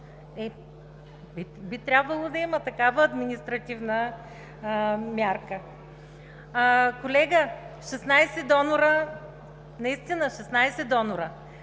би трябвало да има такава административна мярка. Колега, 16 донори – наистина 16 донори,